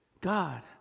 God